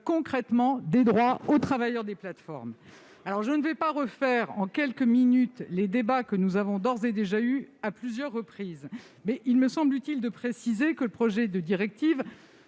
concrètement des droits aux travailleurs des plateformes. Je ne referai pas en quelques minutes les débats que nous avons d'ores et déjà eus à plusieurs reprises, mais il me semble utile de préciser que le projet de directive